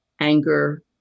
anger